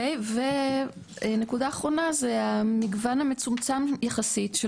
נקודה אחרונה זה המגוון המצומצם יחסית של